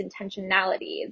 intentionality